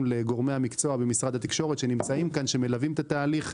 לגורמי המקצוע במשרד התקשורת שנמצאים כאן ומלווים את התהליך.